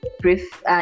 brief